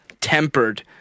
tempered